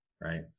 right